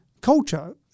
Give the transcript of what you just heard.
Culture